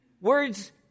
Words